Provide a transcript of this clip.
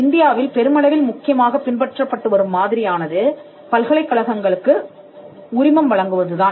இந்தியாவில் பெருமளவில் முக்கியமாகப் பின்பற்றப்பட்டு வரும் மாதிரியானது பல்கலைக்கழகங்களுக்கு உரிமம் வழங்குவது தான்